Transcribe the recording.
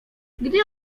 gdy